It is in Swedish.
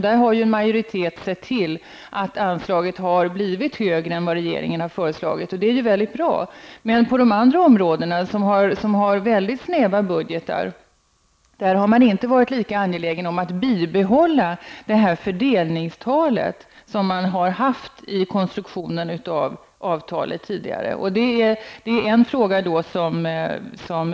Där har en majoritet sett till att anslaget har blivit högre än vad regeringen föreslagit, och det är mycket bra. Men på de andra områden som har mycket snäva budgetar har man inte varit lika angelägen om att bibehålla det fördelningstal som man har haft i konstruktionen av avtalet tidigare.